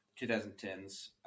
2010s